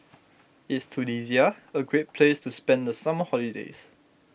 is Tunisia a great place to spend the summer holiday